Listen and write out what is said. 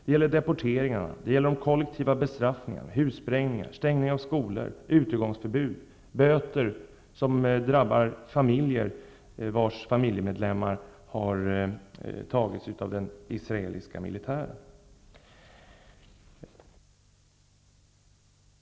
Det gäller deporteringarna, de kollektiva bestraffningarna, hussprängningarna, stängning av skolor, utegångsförbud och böter som drabbar familjer vars medlemmar har tagits av den israeliska militären.